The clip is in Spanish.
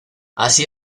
así